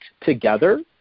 together